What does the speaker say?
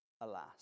Alas